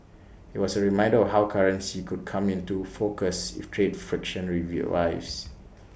IT was A reminder of how currency could come into focus if trade friction revives